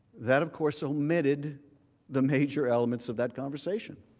that of course omitted the major elements of that conversation.